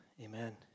Amen